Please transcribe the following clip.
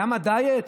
למה דיאט?